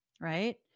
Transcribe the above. right